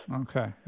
Okay